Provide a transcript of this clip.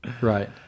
Right